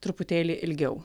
truputėlį ilgiau